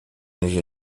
nicht